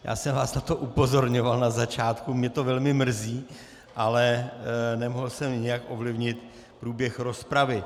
Já jsem vás na to upozorňoval na začátku, mě to velmi mrzí, ale nemohl jsem nijak ovlivnit průběh rozpravy.